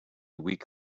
weak